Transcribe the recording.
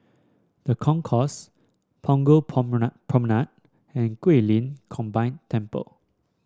The Concourse Punggol Promenade and Guilin Combined Temple